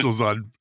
on